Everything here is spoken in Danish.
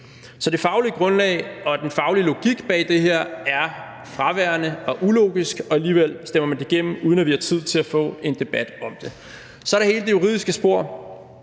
Så det faglige grundlag og den faglige logik bag det her er fraværende og ulogisk, og alligevel stemmer man det igennem, uden at vi har tid til at få en debat om det. Kl. 15:44 Så er der hele det juridiske spor,